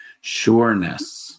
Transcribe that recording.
sureness